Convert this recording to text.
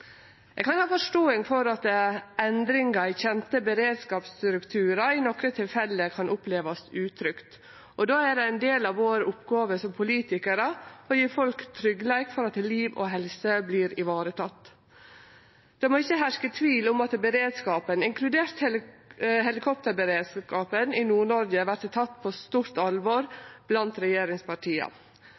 Eg kan ha forståing for at endringar i kjende beredskapsstrukturar i nokre tilfelle kan opplevast som utrygt. Då er det ein del av vår oppgåve som politikarar å gje folk tryggleik for at liv og helse vert varetekne. Det må ikkje herske tvil om at beredskapen, inkludert helikopterberedskapen i Nord-Noreg, vert teken på stort alvor blant regjeringspartia.